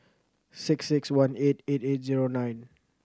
six six one eight eight eight zero nine